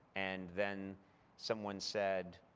and then someone said,